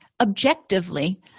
objectively